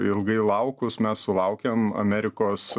ilgai laukus mes sulaukėm amerikos